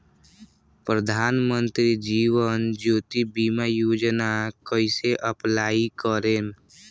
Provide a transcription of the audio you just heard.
प्रधानमंत्री जीवन ज्योति बीमा योजना कैसे अप्लाई करेम?